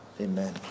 Amen